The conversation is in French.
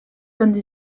donnent